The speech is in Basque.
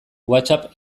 whatsapp